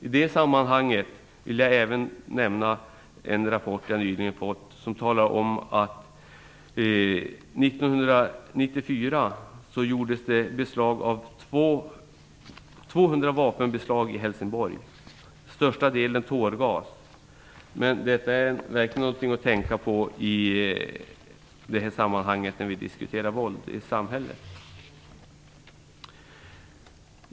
I det sammanhanget vill jag även nämna en rapport jag nyligen fått som talar om att det 1994 gjordes 2 000 vapenbeslag i Helsingborg och att det till största delen rörde sig om tårgas. Det är verkligen något att tänka på i samband med att vi diskuterar våld i samhället.